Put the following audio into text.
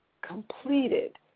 completed